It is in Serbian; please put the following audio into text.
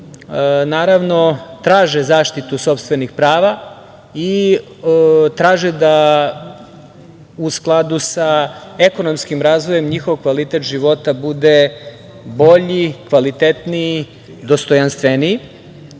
koji traže zaštitu sopstvenih prava i traže u skladu sa ekonomskim razvojem njihov kvalitet života bude bolji, kvalitetniji, dostojanstveniji.